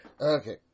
Okay